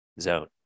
zone